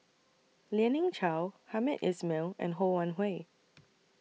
Lien Ying Chow Hamed Ismail and Ho Wan Hui